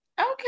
Okay